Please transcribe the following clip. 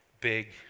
big